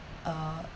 uh